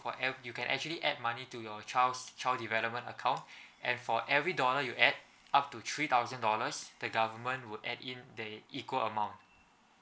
for ev~ you can actually add money to your child's child development account and for every dollar you add up to three thousand dollars the government would add in there equal amount